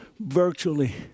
virtually